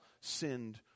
sinned